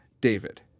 David